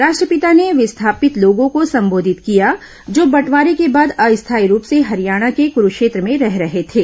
राष्ट्रपिता ने विस्थापित लोगों को संबोधित किया जो बंटवारे के बाद अस्थायी रूप से हरियाणा के कुरूक्षेत्र में रह रहे थे